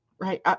right